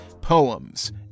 poems